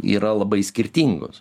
yra labai skirtingos